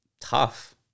Tough